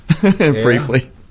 Briefly